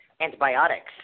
antibiotics